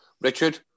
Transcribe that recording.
Richard